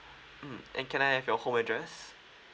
mm and can I have your home address